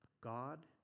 God